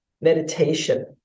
meditation